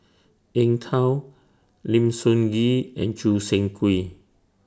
Eng Tow Lim Sun Gee and Choo Seng Quee